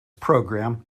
programme